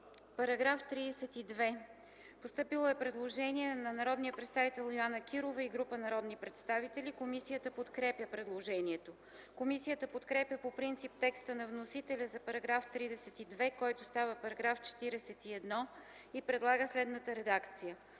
По § 11 има постъпило предложение от народния представител Йоана Кирова и група народни представители. Комисията подкрепя предложението. Комисията подкрепя по принцип текста на вносителя за § 11, който става § 12 и предлага следната редакция: